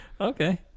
Okay